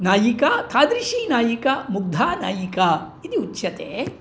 नायिका तादृशी नायिका मुग्धा नायिका इति उच्यते